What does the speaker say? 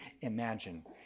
imagine